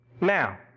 Now